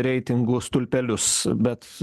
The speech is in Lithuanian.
reitingų stulpelius bet